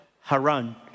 Haran